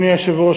אדוני היושב-ראש,